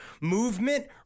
movement